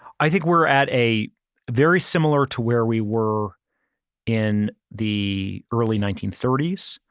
i think we're at a very similar to where we were in the early nineteen thirty s,